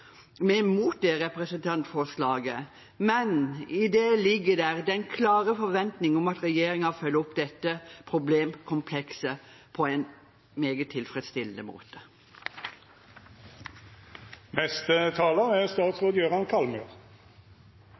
vi like fullt stemmer imot representantforslaget, men i det ligger den klare forventning om at regjeringen følger opp dette problemkomplekset på en meget tilfredsstillende